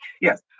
Yes